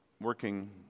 working